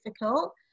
difficult